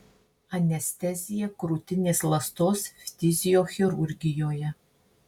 anestezija krūtinės ląstos ftiziochirurgijoje